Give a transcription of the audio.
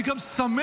אני גם שמח,